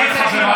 לנהל את הישיבה.